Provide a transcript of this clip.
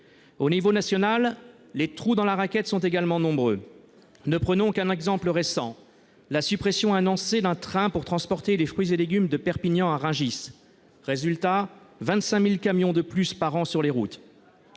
Au niveau national, les trous dans la raquette sont également nombreux. Ne prenons qu'un exemple récent : la suppression annoncée d'un train pour transporter les fruits et légumes de Perpignan à Rungis. Résultat : 25 000 camions de plus par an sur les routes.